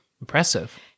impressive